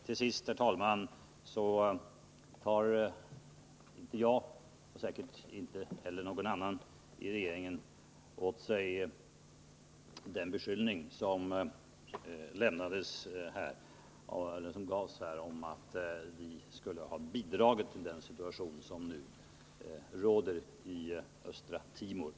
Till sist, herr talman, tar inte jag åt mig — och säkerligen inte heller någon Om hjälp åt de annan i regeringen —-av beskyllningen att regeringen skulle ha bidragit till den — svältande på Östra situation som nu råder i Östra Timor.